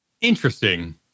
Interesting